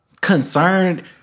concerned